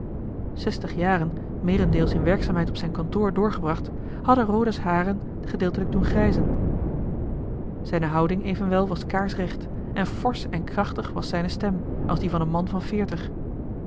zestig jaren meerendeels in werkzaamheid op zijn kantoor doorgebracht hadden roda's haren gedeeltelijk doen grijzen zijne houding evenwel was kaarsrecht en forsch en krachtig was zijne stem als die van een man van veertig